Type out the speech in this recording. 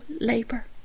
labor